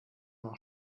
noch